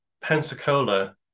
Pensacola